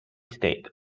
state